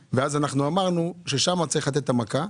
אמרנו ששם צריך לתת את המכה.